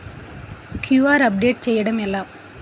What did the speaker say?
QR update చేయడం ఎలా?